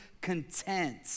content